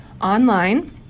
online